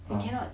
ah